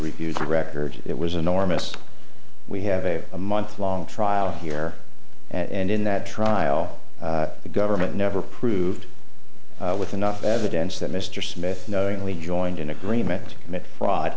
review the record it was enormous we have a a month long trial here and in that trial the government never proved with enough evidence that mr smith knowingly joined in agreement commit fraud